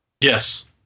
Yes